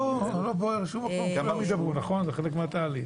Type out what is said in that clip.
והן בתהליך של בדיקה.